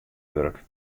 wurk